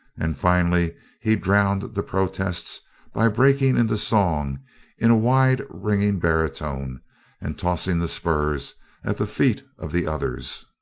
and finally he drowned the protests by breaking into song in a wide-ringing baritone and tossing the spurs at the feet of the others.